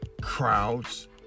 crowds